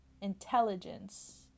Intelligence